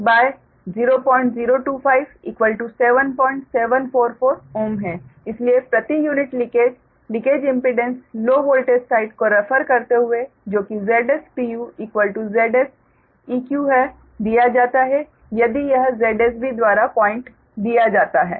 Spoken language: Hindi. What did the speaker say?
इसलिए प्रति unit leakage leakage impedance low voltage side को रेफर करते हुए जो कि Zs Zseq है दिया जाता है यदि यह ZsB द्वारा पॉइंट दिया जाता है